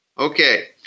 Okay